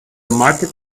market